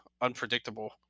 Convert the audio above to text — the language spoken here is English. unpredictable